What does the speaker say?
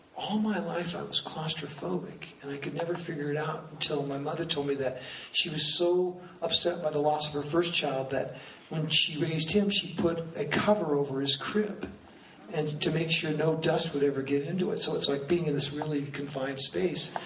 all my life i was claustrophobic and i could never figure it out until my mother told me, that she was so upset by the loss of her first child that when she raised him, she put a cover over his crib and to make sure no dust would ever get into it. so it's like being in this really confined space.